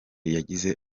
yagize